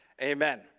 Amen